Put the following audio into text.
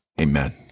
Amen